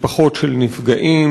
משפחות של נפגעים,